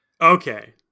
Okay